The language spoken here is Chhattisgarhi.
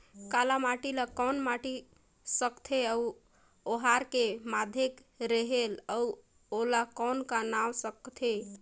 काला माटी ला कौन माटी सकथे अउ ओहार के माधेक रेहेल अउ ओला कौन का नाव सकथे?